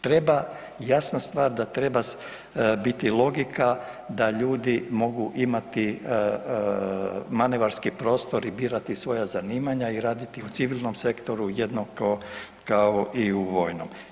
Treba, jasna stvar da treba biti logika da ljudi mogu imati manevarski prostor i birati svoja zanimanja i raditi u civilnom sektoru jednako kao i u vojnom.